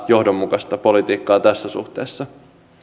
johdonmukaista politiikkaa tässä suhteessa